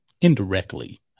indirectly